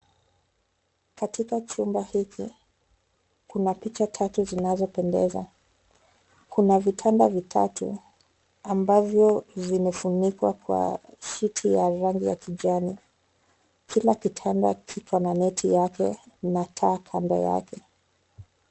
Katika chumba hiki kina picha tatu zinazopendeza. Kuna vitanda vitatu ambavyo vimefunikwa kwa shiti ya rangi ya kijani kila kitanda kiko na neti Yake na taa kando Yake.